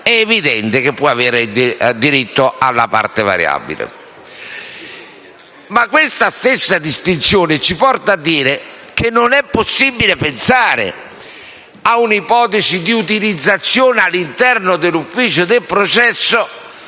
è evidente che può avere diritto alla parte variabile. Tuttavia, questa stessa distinzione ci porta a dire che non è possibile pensare a un'ipotesi di utilizzazione all'interno dell'ufficio del processo